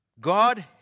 God